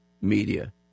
Media